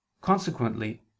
consequently